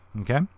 okay